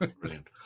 brilliant